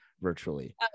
virtually